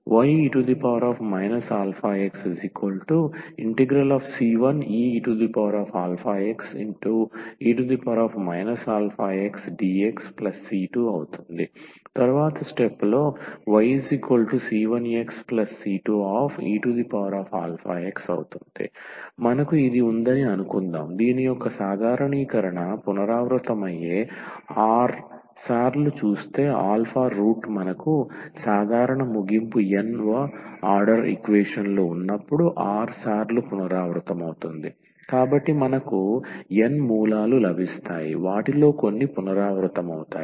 ye αx∫c1eαxe αxdxc2 yc1xc2eαx మనకు ఇది ఉందని అనుకుందాం దీని యొక్క సాధారణీకరణ పునరావృతమయ్యే r సార్లు చూస్తే రూట్ మనకు సాధారణ ముగింపు n వ ఆర్డర్ ఈక్వేషన్ లు ఉన్నప్పుడు r సార్లు పునరావృతమవుతుంది కాబట్టి మనకు n మూలాలు లభిస్తాయి వాటిలో కొన్ని పునరావృతమవుతాయి